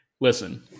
Listen